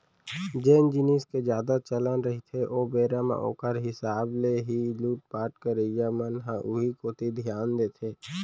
जेन जिनिस के जादा चलन रहिथे ओ बेरा म ओखर हिसाब ले ही लुटपाट करइया मन ह उही कोती धियान देथे